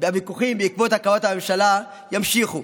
הוויכוחים בעקבות הקמת הממשלה ימשיכו.